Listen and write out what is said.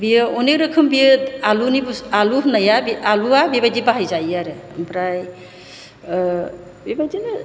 बेयो अनेक रोखोम बेयो आलुनि बुस्थु आलु होननाया बे आलुआ बेबायदि बाहायजायो आरो ओमफ्राय बेबायदिनो